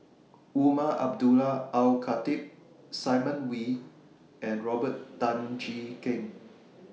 Umar Abdullah Al Khatib Simon Wee and Robert Tan Jee Keng